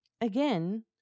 again